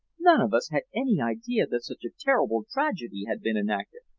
none of us had any idea that such a terrible tragedy had been enacted.